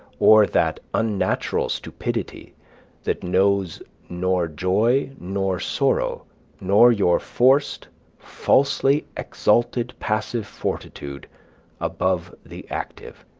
or that unnatural stupidity that knows nor joy nor sorrow nor your forc'd falsely exalted passive fortitude above the active.